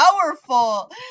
powerful